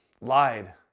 Lied